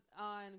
on